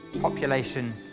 population